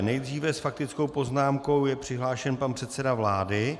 Nejdříve je s faktickou poznámkou přihlášen pan předseda vlády.